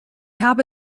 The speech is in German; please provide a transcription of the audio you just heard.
habe